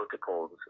protocols